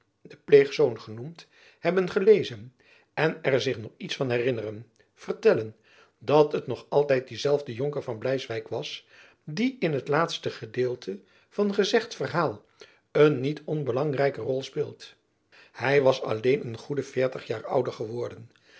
de pleegzoon genoemd hebben gelezen en er zich nog iets van herinneren vertellen dat het nog altijd diezelfde jonker van bleiswijck was die in het laatste gedeelte van gezegd verhaal een niet onbelangrijke rol speelt hy was alleen een goede veertig jaar ouder geworden